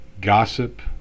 gossip